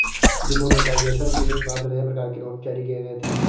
demonetisation के बाद नए प्रकार के नोट जारी किए गए थे